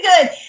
good